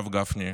הרב גפני,